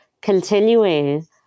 continuing